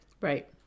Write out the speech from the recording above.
right